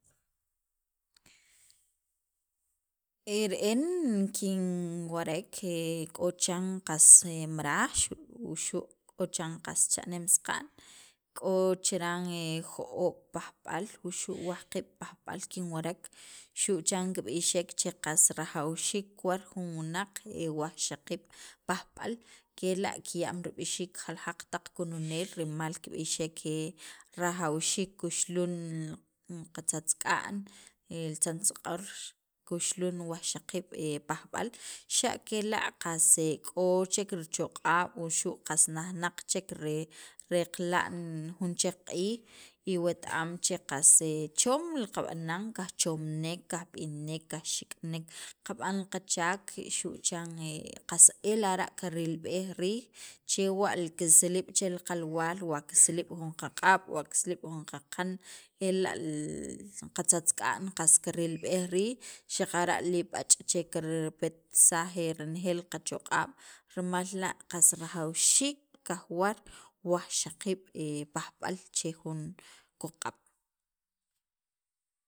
E re'en kinwarek k'o chiran qas maraaj xu' wuxu' qas cha'nem saqa'n, k'o chiran jo'oob' pajb'al wuxu' wajqiib' pajb'al kinwarek xu' chan kib'ixek che qas rajawxiik kiwar jun wunaq wajxaqiib' pajb'al kela' kiya'm rib'ixiik rimal jaljaq taq kununeel rimal kib'ixek rajawxiik kuxulun qatzatzak'an, li tzantzaq'or kuxlun wajxaqiib' pajb'al xa' kela' qas k'o chek richoq'ab' wuxu' qas najnaq chek reqla'n jun chek q'iij iwet am che qas chom qab'anan qajchomnek, kajb'inek kajxik'nek qab'an qachaak xu' chan qas lara' kirilb'ej riij chewa' kisilliib' chel qalwaal jun qaq'ab' wa kisiib' jun qaqan, e la' li qatzatzk'a'n qas kirilb'ej riij xaqara' li ibach' che kirpetsaj renejeel qachoq'a'b rimal la' qas rajawxiik kajwar wajxaqiib' pajb'al che jun ko'k q'ab'.